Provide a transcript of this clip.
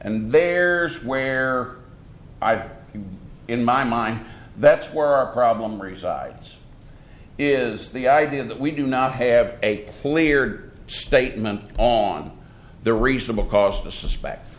and there's where i think in my mind that's where our problem resides is the idea that we do not have a clear statement on the reasonable cause to suspect